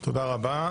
תודה רבה.